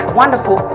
wonderful